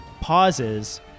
pauses